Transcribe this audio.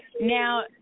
Now